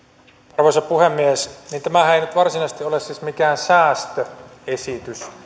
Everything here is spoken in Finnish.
arvoisa puhemies tämähän ei nyt varsinaisesti ole siis mikään säästöesitys